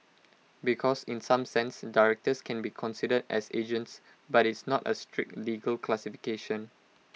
because in some sense directors can be considered as agents but it's not A strict legal classification